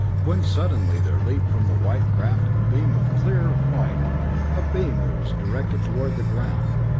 when suddenly there leaped from the white craft a beam of clear white a beam that was directed toward the ground,